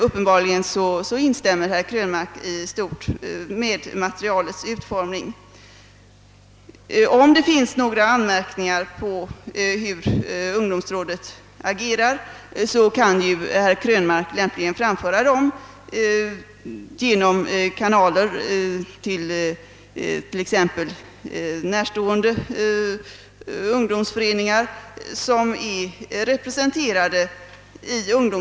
Uppenbarligen godkänner herr Krönmark materialets utformning i stort, men om herr Krönmark har några anmärkningar mot ungdomsrådets sätt att agera, kan han lämpligen framföra dem genom sådana kanaler som exempelvis honom närstående ungdomsföreningar.